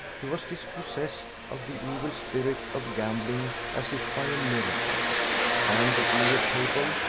he was dispossessed of the evil spirit of gambling as if by a miracle and the billiard-table,